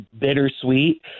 bittersweet